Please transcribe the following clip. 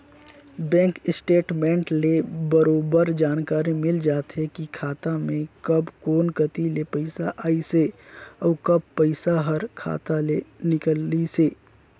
bank statement ले बरोबर जानकारी मिल जाथे की खाता मे कब कोन कति ले पइसा आइसे अउ कब पइसा हर खाता ले निकलिसे